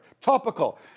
topical